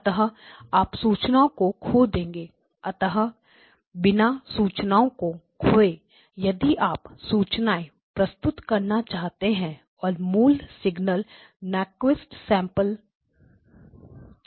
अतः आप सूचनाओं को खो देंगे अतः बिना सूचनाओं को खोए यदि आप सूचनाएं प्रस्तुत करना चाहते हैं और मूल सिग्नल नक्विस्ट सैंपलड था